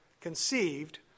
conceived